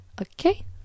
Okay